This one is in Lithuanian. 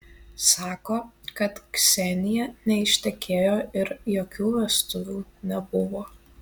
sako kad ksenija neištekėjo ir jokių vestuvių nebuvo